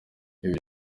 ibi